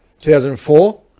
2004